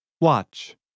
Watch